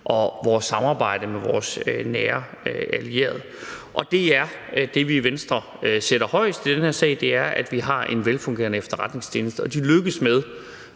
og vores samarbejde med vores nære allierede. Det, som vi i Venstre sætter højest i den her sag, er, at vi har en velfungerende efterretningstjeneste, og at de lykkes med